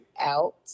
out